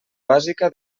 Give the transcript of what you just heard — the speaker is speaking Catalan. bàsica